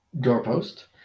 doorpost